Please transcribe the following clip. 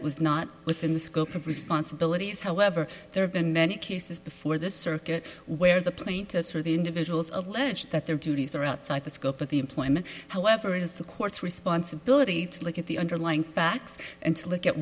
it was not within the scope of responsibilities however there have been many cases before the circuit where the plaintiffs are the individuals of ledge that their duties are outside the scope of the employment however it is the court's responsibility to look at the underlying facts and to look at